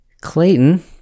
Clayton